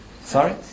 Sorry